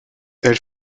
elle